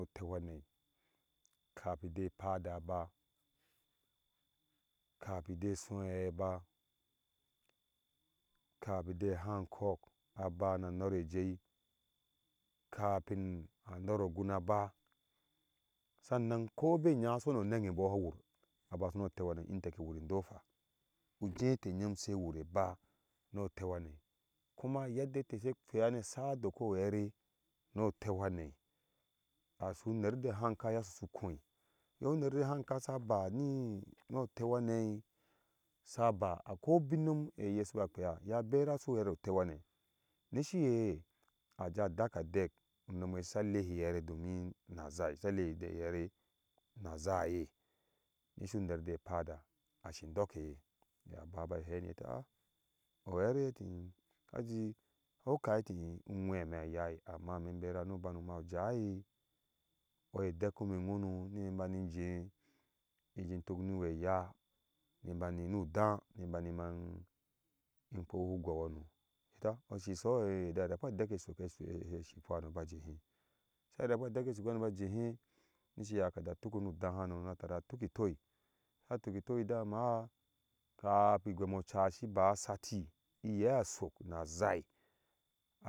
Kapi de pada aba kapi de sui ahɛi aba kapi de hangkɔɔk aba na norejei kapin a nɔrɔɔ guŋ aba sanna kɔbe ŋyáá aso ne enan eboɔ sha wur aba aba sho nuɔteu hane inte ke wur indohwa ujĩĩ ete nyom she wur eba nuɔteuhane kuma yedde ete she kpea na sai adoko uelre ɔteu hane asu ner de hanka yea asusu khoi ye uner de hangka sha ba ni no ɔteu hane sa ba akoi ubin nyom eye sa bakpea ye abera aso uɛve oteu hane nisi lei eve domin na zhai sa lei iɛve na zhaye nisu uner de padaashindɔkeye ye aba ba hɛhe atiaa o vɛre ati ĩĩ okhai ati ĩĩ unwɛ me ayai amma ime bear anu banuma jaai we dɛk kome ŋo no nime bani inje iji tuk niwe yaah nibani nu udáá nibani ma imkpo hu gou hano iye ati a oshishono atie iye ye ja rekpe adɛk sheshikpa hano baba jehe sha rekpe adɛk she shikapa hano ba jehe nisi iye hake ja tuke nu udãã hano na tara tuki itoi ha tuki itoi hano je amaa kapin ighem oca sh i ba ashti iye ashok na zhai.